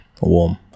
warm